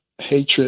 hatred